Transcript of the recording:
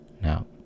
Now